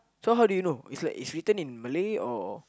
so how do you know it's like it's written in Malay or